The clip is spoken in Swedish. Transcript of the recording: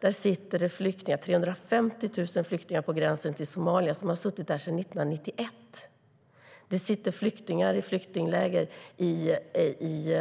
Där bor 350 000 flyktingar i ett läger på gränsen till Somalia. De har funnits där sedan 1991. Det sitter flyktingar i flyktingläger i